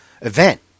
event